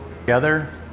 together